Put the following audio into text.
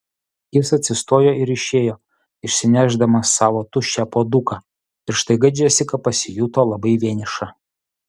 jis atsistojo ir išėjo išsinešdamas savo tuščią puoduką ir staiga džesika pasijuto labai vieniša